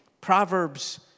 Proverbs